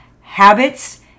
habits